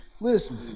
Listen